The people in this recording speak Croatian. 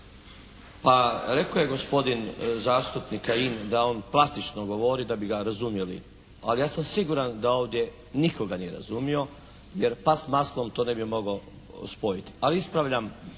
pa rekao je gospodin zastupnik Kajin da on plastično govori da bi ga razumjeli. Ali ja sam siguran da ovdje nitko ga nije razumio jer pas s maslom to ne bi mogao spojiti. Ali ispravljam